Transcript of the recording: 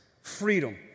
Freedom